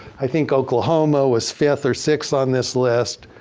i think oklahoma was fifth or sixth on this list.